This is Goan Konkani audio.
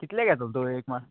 कितले घेता तूं एक माड